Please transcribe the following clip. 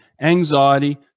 anxiety